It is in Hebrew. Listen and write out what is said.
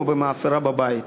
או במאפרה בבית.